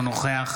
אינו נוכח